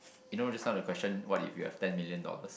you know just now that question what if you have ten million dollars